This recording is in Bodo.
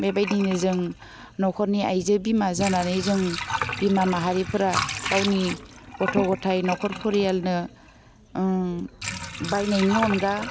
बेबायदिनो जों नख'रनि आइजो बिमा जानानै जों बिमा माहारिफोरा गावनि गथ' गथाइ नख'र फरियालनो बायनायनि अनगा